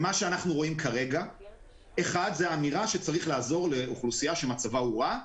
מה שאנחנו ואין כרגע זו אמירה שצריך לעזור לאוכלוסייה שמצבה הורע.